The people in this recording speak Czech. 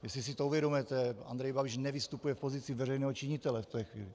Jestli si to uvědomujete, Andrej Babiš nevystupuje v pozici veřejného činitele v té chvíli.